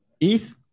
ETH